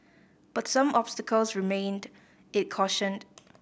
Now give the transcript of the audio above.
but some obstacles remain it cautioned